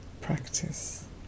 practice